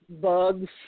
bugs